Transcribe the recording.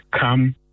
come